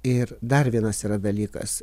ir dar vienas yra dalykas